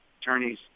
attorney's